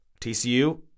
TCU